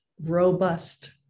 robust